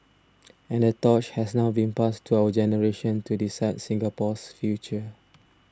and the torch has now been passed to our generation to decide Singapore's future